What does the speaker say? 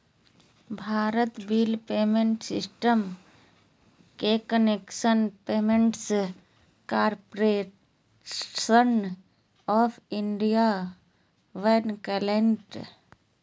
Bharat bill payment system के national payments corporation of India बनैल्कैय